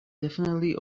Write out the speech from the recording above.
definitely